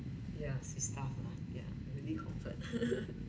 yeah sweet stuff lah yeah really comfort